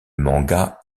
manga